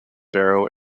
barrow